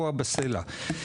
קבוע בסלע.